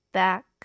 back